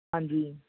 ਹਾਂਜੀ